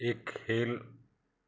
एक खेल